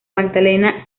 magdalena